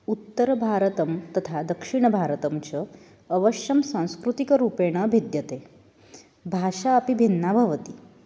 उत्तरभारतं तथा दक्षिणभारतं च अवश्यं सांस्कृतिकरूपेण भिद्यते भाषा अपि भिन्ना भवति